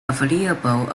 available